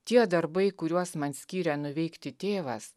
tie darbai kuriuos man skyrė nuveikti tėvas